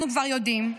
אנחנו כבר יודעים.